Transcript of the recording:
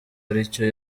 aricyo